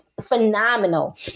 phenomenal